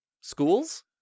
Schools